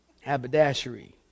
Haberdashery